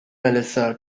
melissa